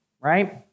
Right